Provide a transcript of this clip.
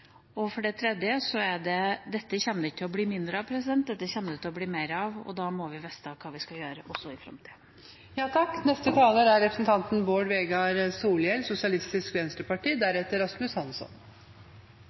og det handler om at dette kommer det ikke til å bli mindre av, dette kommer det til å bli mer av. Da må vi vite hva vi skal gjøre også i framtida.